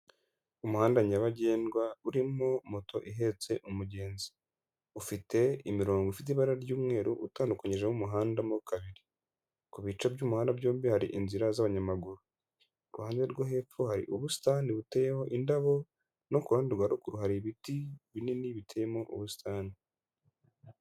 Umuhanda nyabagendwa urimo moto ihetse umugenzi, ufite imirongo ifite ibara ry'umweru utandukanyije umuhanda mo kabir,i ku bice by'umuhanda byombi hari inzira z'abanyamaguru, ku ruhande rwo hepfo hari ubusitani buteyeho indabo no ku ruhande rwa ruguru hari ibiti binini biteyerimo ubusitani.